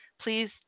Please